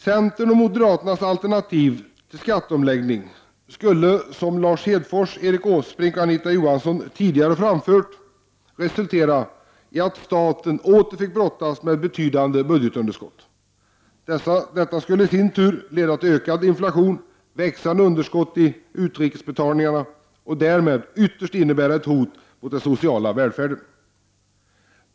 Centerns och moderaternas alternativ till skatteomläggning skulle, som Lars Hedfors, Erik Åsbrink och Anita Johansson tidigare har framfört, resultera i att staten åter fick brottas med betydande budgetunderskott. Detta skulle i sin tur leda till ökad inflation, växande underskott i utrikesbetalningarna och därmed ytterst innebära ett hot mot den sociala välfärden.